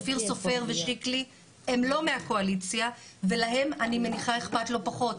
ואופיר סופר ושיקלי הם לא מהקואליציה ולהם אני מניחה אכפת לא פחות.